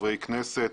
חברי הכנסת.